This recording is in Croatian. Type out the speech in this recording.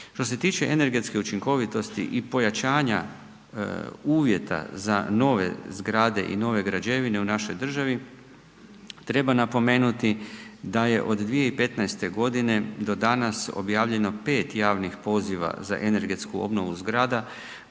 Što se tiče energetske učinkovitosti i pojačanja uvjeta za nove zgrade i nove građevine u našoj državi treba napomenuti da je od 2015. godine do danas objavljeno 5 javnih poziva za energetsku obnovu zgradu